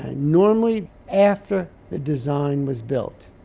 ah normally after the design was built,